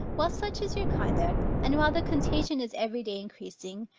while such is your conduct, and while the contagion is every day increasing,